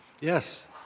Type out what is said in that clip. yes